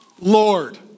Lord